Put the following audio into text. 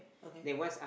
okay